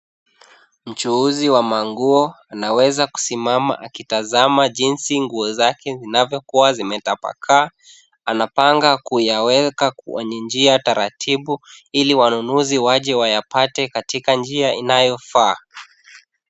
Mchuhuzi wa manguo anaweza kusimama akitazama jinsi nguo zake zinavyokuwa zimetapaka, anapanga kuyaweka kwa njia taratibu ili wanunuzi waje wayapate katika njia inayofaa.